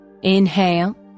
inhale